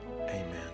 Amen